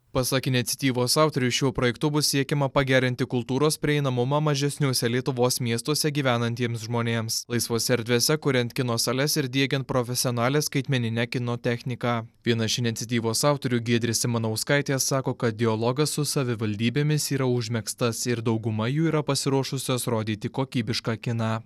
pasak iniciatyvos autorių šiuo projektu bus siekiama pagerinti kultūros prieinamumą mažesniuose lietuvos miestuose gyvenantiems žmonėms laisvose erdvėse kuriant kino sales ir diegiant profesionalią skaitmenine kino techniką viena iš iniciatyvos autorių giedrė simanauskaitė sako kad dialogas su savivaldybėmis yra užmegztas ir dauguma jų yra pasiruošusios rodyti kokybišką kiną